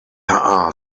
are